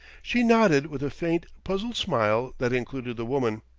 she nodded, with a faint, puzzled smile that included the woman.